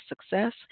Success